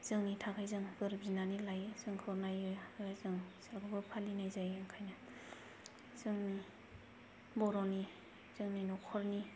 जोंनि थाखाय जों बोर बिनानै लायो जोंखौ नायो आरो जों बिसोरखौबो फालिनाय जायो ओंखायनो जोंनि बर'नि जोंनि नखरनि